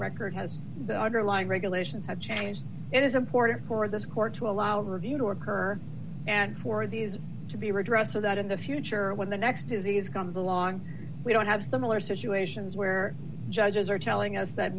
record has that underlying regulations have changed and it's important for this court to allow the review to occur and for these to be redressed so that in the future when the next disease comes along we don't have similar situations where judges are telling us that